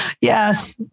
yes